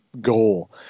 goal